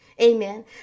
Amen